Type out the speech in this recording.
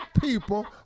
people